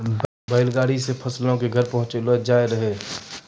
बैल गाड़ी से फसलो के घर पहुँचैलो जाय रहै